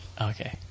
Okay